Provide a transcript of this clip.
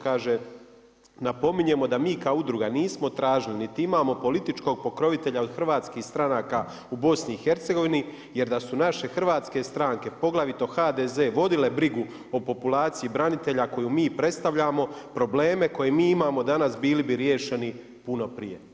Kaže: „Napominjemo da mi kao udruga nismo tražili niti imamo političkog pokrovitelja od hrvatskih stranaka u BiH, jer da su naše hrvatske stranke poglavito HDZ vodile brigu o populaciji branitelja koju mi predstavljamo probleme koje mi imamo danas bili bi riješeni puno prije.